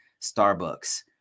Starbucks